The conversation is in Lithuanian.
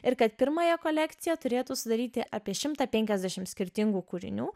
ir kad pirmąją kolekciją turėtų sudaryti apie šimtą penkiasdešimt skirtingų kūrinių